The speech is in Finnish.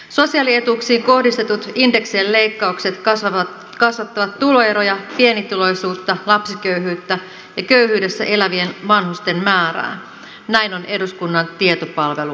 sosiaalietuuksiin kohdistetut indeksien leikkaukset kasvattavat tuloeroja pienituloisuutta lapsiköyhyyttä ja köyhyydessä elävien vanhusten määrää näin on eduskunnan tietopalvelu laskenut